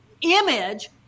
image